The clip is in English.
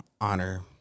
Honor